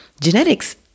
Genetics